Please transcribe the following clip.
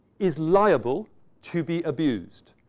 is liable to be abused.